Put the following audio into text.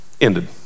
ended